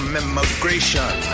immigration